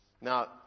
Now